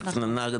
נכון.